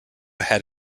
had